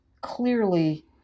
clearly